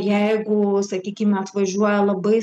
jeigu sakykim atvažiuoja labai